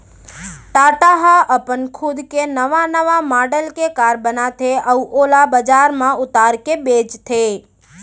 टाटा ह अपन खुद के नवा नवा मॉडल के कार बनाथे अउ ओला बजार म उतार के बेचथे